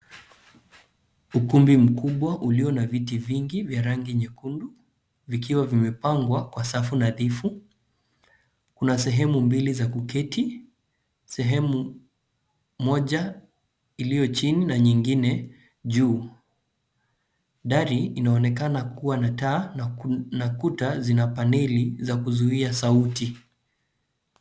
Ukumbi mkubwa ulio na viti vingi vya rangi nyekundu vikiwa vimepangwa kwa safu nadhifu. Kuna sehemu mbili za kuketi, sehemu moja iliyo chini na nyingine juu. Dari inaonekana kuwa na taa na kuta zina paneli za kuzuia sauti.